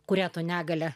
kuria to negalia